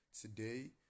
today